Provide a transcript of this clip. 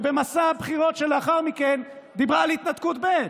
ובמסע הבחירות שלאחר מכן דיברה על התנתקות ב'.